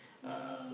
uh